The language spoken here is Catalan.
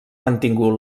mantingut